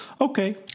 okay